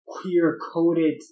queer-coded